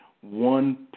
one